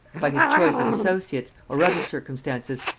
by his choice of associates, or other circumstances,